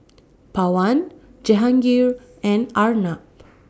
Pawan Jehangirr and Arnab